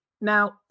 Now